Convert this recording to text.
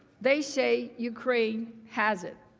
they say ukraine has it.